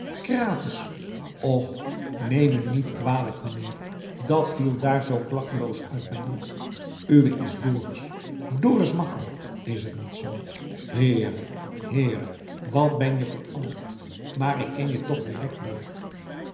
krates och neem me niet kwalijk meneer dat viel daar zoo klakkeloos uit mijn mond uwé is dorus dorus makko is t niet zoo heere heere wat ben je veranderd maar ik ken je toch direct weer